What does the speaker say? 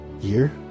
year